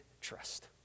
trust